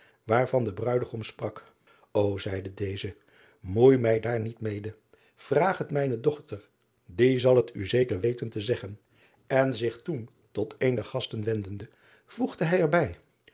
waarvan de bruidegom sprak o eide deze moei mij daar niet mede vraag het mijne dochter die zal t u zeker weten te zeggen en zich toen tot een der gasten wendende voegde hij er